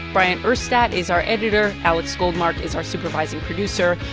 bryant urstadt is our editor. alex goldmark is our supervising producer.